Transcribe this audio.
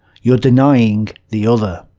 you're denying the other.